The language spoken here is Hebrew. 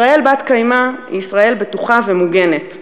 ישראל בת-קיימא היא ישראל בטוחה ומוגנת;